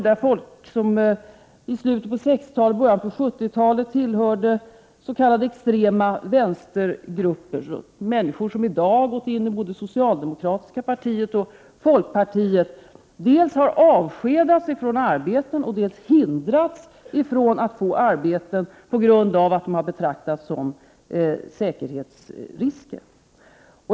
Människor, som i slutet av 60-talet och i början av 70-talet tillhörde s.k. extrema vänstergrupper men som i dag mycket väl kan återfinnas i det socialdemokratiska partiet eller i folkpartiet, har dels avskedats från sina arbeten, dels hindrats när det gällt att skaffa arbete på grund av att de har betraktats som säkerhetsrisker.